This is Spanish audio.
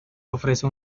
ofrece